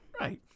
Right